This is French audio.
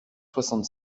soixante